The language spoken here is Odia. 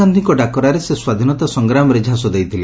ଗାନ୍ଧୀଙ୍କ ଡ଼ାକରାରେ ସେ ସ୍ୱାଧିନତା ସଂଗ୍ରାମରେ ଝାସ ଦେଇଥିଲେ